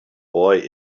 boy